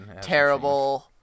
terrible